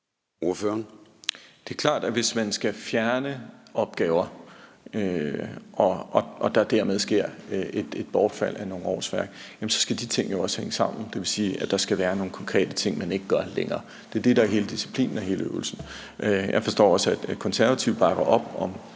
Det er klart, at hvis man skal fjerne opgaver og der dermed sker et bortfald af nogle årsværk, så skal de ting jo også hænge sammen. Det vil sige, at der skal være nogle konkrete ting, man ikke gør længere. Det er det, der er hele disciplinen og hele øvelsen. Jeg forstår også, at Konservative bakker op om